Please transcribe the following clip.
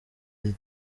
izi